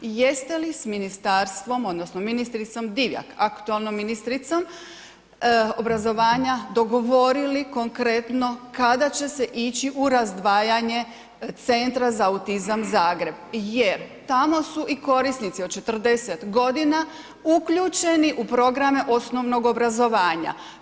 Jeste li s ministarstvom odnosno ministricom Divjak aktualnom ministricom obrazovanja dogovorili konkretno kada će se ići u razdvajanje Centra za autizam Zagreb, jer tamo su i korisnici od 40 godina uključeni u programe osnovnog obrazovanja.